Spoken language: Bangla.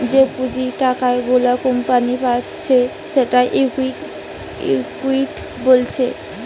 যে পুঁজির টাকা গুলা কোম্পানি পাচ্ছে সেটাকে ইকুইটি বলছে